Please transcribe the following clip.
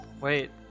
Wait